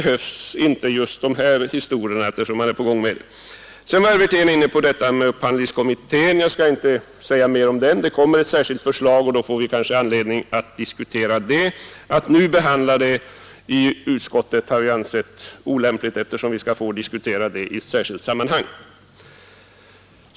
Herr Wirtén var inne på upphandlingskommittén. Jag skall inte säga mera om den. Det kommer ett särskilt förslag, och då får vi kanske anledning att diskutera dem. Att nu behandla den frågan i utskottet har vi ansett olämpligt, eftersom vi skall få diskutera den i ett särskilt sammanhang.